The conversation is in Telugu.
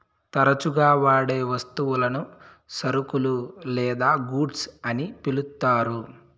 తరచుగా వాడే వస్తువులను సరుకులు లేదా గూడ్స్ అని పిలుత్తారు